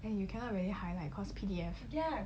and you cannot really highlight cause P_D_F